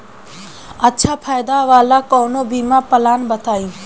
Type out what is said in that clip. अच्छा फायदा वाला कवनो बीमा पलान बताईं?